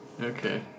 Okay